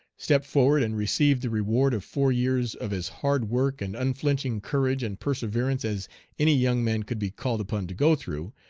stepped forward, and received the reward of four years of as hard work and unflinching courage and perseverance as any young man could be called upon to go through,